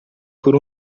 por